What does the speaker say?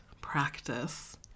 practice